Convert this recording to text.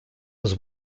was